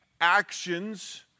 actions